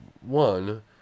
One